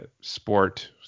sport